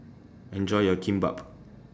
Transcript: Enjoy your Kimbap